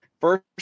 First